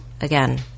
again